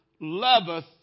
loveth